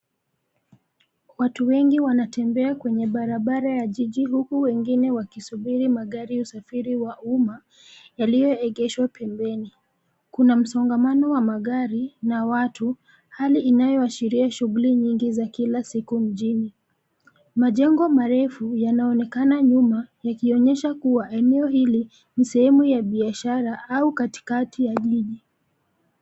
Watu wengi wanatembea kwenye barabara ya jiji huku wengine wakisubiri magari ya usafiri wa umma yaliyoegeshwa pembeni. Kuna msongamano wa magari na watu; hali inayoashiria shughuli nyingi za kila siku mjini. Majengo marefu yanaonekana nyuma, yakionyesha kuwa eneo hili ni sehemu ya biashara au katikati ya jiji.